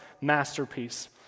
masterpiece